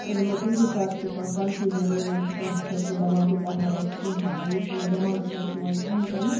اگر مےٚ کُنہِ تہِ ساتہٕ چھِ کاںٛہہ کَنفیوٗجَن روزان چھِ کانٛہہ چھَس بہٕ دپان بہٕ کَرٕ ہا یَتھ کیٚنہہ یُس تہِ مےٚ دٮ۪ماغَس منٛزچھُ یِوان کِہیٖنۍ تِنہٕ